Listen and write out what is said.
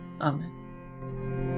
Amen